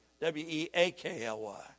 W-E-A-K-L-Y